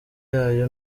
yayo